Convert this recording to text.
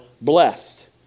blessed